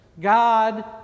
God